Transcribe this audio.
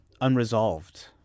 unresolved